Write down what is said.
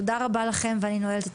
תודה רבה לכם, הישיבה נעולה.